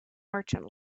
merchant